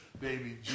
baby